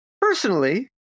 Personally